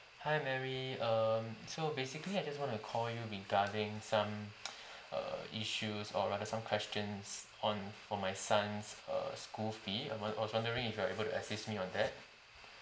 hi mary um so basically I just want to call you regarding some err issues or rather some questions on for my son's err school fee uh I'm won~ was wondering if you're able to assist me on that